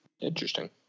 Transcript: Interesting